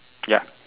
ya